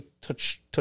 touch